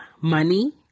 money